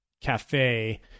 cafe